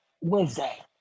Wednesday